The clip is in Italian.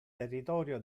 territorio